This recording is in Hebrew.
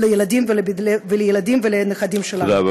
לילדים ולנכדים שלנו,